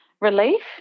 relief